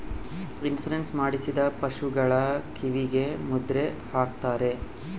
insurance ಮಾಡಿಸಿದ ಪಶುಗಳ ಕಿವಿಗೆ ಮುದ್ರೆ ಹಾಕ್ತಾರೆ